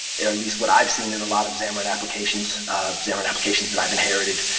at least what i've seen in a lot of xamarin applications xamarin applications that i've inherited,